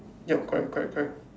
yup correct correct correct